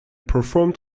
performed